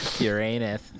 Uranus